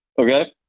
okay